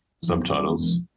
subtitles